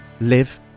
live